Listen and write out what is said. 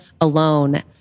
alone